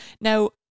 Now